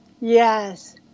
Yes